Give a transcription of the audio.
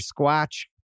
Squatch